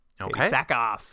Okay